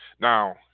now